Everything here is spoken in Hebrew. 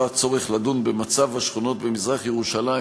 הצורך לדון במצב השכונות במזרח-ירושלים,